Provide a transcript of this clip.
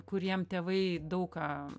kuriem tėvai daug ką